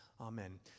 Amen